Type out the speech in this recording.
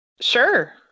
Sure